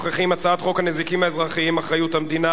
הנזיקים האזרחיים (אחריות המדינה)